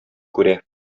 күрә